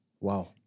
Wow